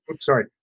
Sorry